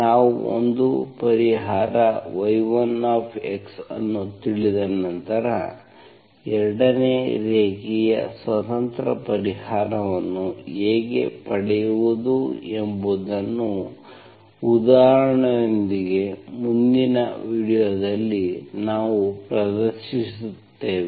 ನಾವು ಒಂದು ಪರಿಹಾರ y1 ಅನ್ನು ತಿಳಿದ ನಂತರ 2 ನೇ ರೇಖೀಯ ಸ್ವತಂತ್ರ ಪರಿಹಾರವನ್ನು ಹೇಗೆ ಪಡೆಯುವುದು ಎಂಬುದನ್ನು ಉದಾಹರಣೆಗಳೊಂದಿಗೆ ಮುಂದಿನ ವೀಡಿಯೊದಲ್ಲಿ ನಾವು ಪ್ರದರ್ಶಿಸುತ್ತೇವೆ